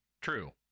True